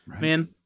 Man